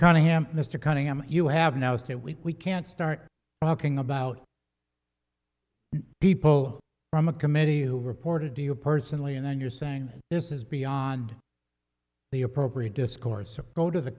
cunningham mr cunningham you have now said we we can't start talking about people from a committee who reported to you personally and then you're saying this is beyond the appropriate discourse go to the